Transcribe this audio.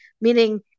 meaning